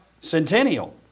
Centennial